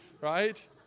right